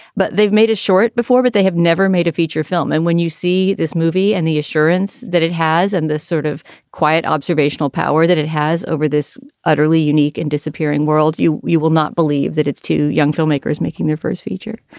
but they've made a short before, but they have never made a feature film. and when you see this movie and the assurance that it has and this sort of quiet observational power that it has over this utterly unique and disappearing world, you you will not believe that it's two young filmmakers making their first feature.